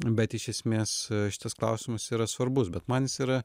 bet iš esmės šitas klausimas yra svarbus bet man jis yra